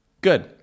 Good